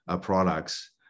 products